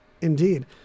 Indeed